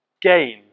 gain